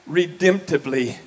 redemptively